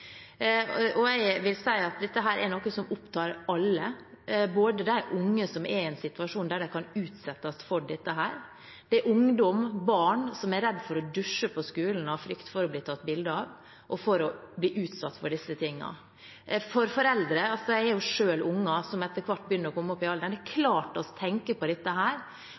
Jeg vil si at dette er noe som opptar alle, både de unge som er i en situasjon der de kan utsettes for dette – det er ungdom og barn som er redde for å dusje på skolen av frykt for å bli tatt bilde av og for å bli utsatt for disse tingene – og foreldre. Jeg har selv barn som etter hvert begynner å komme i denne alderen, og det er klart at vi tenker på dette,